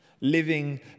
living